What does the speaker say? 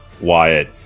Wyatt